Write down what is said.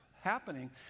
happening